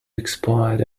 expired